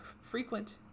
frequent